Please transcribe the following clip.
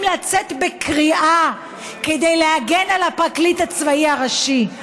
לצאת בקריאה כדי להגן על הפרקליט הצבאי הראשי,